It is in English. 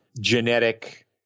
genetic